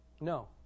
No